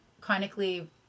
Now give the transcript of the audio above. chronically